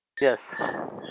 Yes